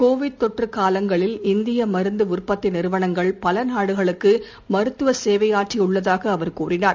Covid தொற்று காலங்களில் இந்திய மருந்து உற்பத்தி நிறுவனங்கள் பல நாடுகளுக்கு மருத்துவ சேவையாற்றியுள்ளதாக அவர் கூறினார்